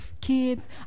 Kids